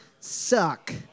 Suck